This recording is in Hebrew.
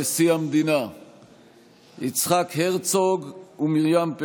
לבחירת נשיא המדינה 3 היו"ר יריב לוין: